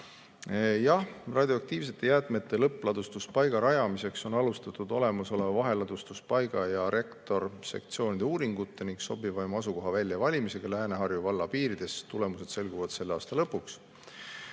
Jah, radioaktiivsete jäätmete lõppladustuspaiga rajamiseks on alustatud olemasoleva vaheladustuspaiga ja reaktorisektsioonide uuringutega ning sobivaima asukoha väljavalimisega Lääne-Harju valla piirides. Tulemused selguvad selle aasta lõpuks.